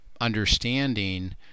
understanding